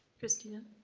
kristina